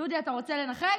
דודי, אתה רוצה לנחש?